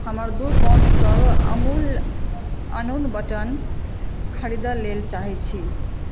हमर दू पाउचसभ अमूल अनून बटन खरीदय लेल चाहै छी